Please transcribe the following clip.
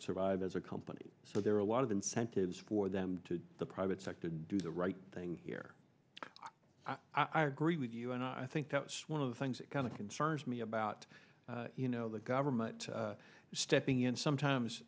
survive as a company so there are a lot of incentives for them to the private sector to do the right thing here i agree with you and i think that's one of the things that kind of concerns me about you know the government stepping in sometimes